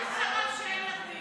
ואם זו שרה שאין לה תיק?